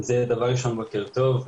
בוקר טוב.